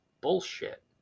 bullshit